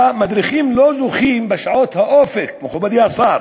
המדריכים לא זוכים בשעות ה"אופק", מכובדי השר.